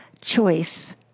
choice